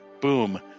Boom